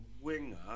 winger